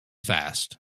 fast